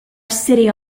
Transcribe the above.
city